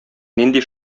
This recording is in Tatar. нинди